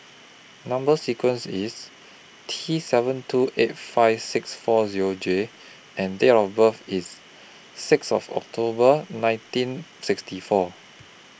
Number sequence IS T seven two eight five six four Zero J and Date of birth IS six of October nineteen sixty four